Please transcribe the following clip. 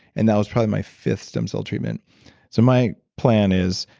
and that was probably my fifth stem cell treatment so, my plan is,